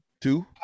two